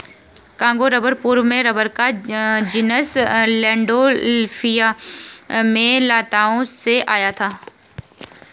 Congo rubber पूर्व में rubber का जीनस लैंडोल्फिया में लताओं से आया था